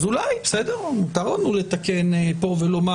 בסדר, מותר לנו לתקן כאן.